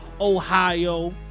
ohio